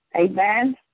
amen